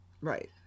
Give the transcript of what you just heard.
Right